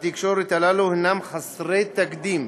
התקשורת הללו הם חסרי תקדים,